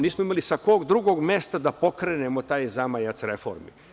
Nismo imali sa kog drugog mesta da pokrenemo taj zamajac reformi.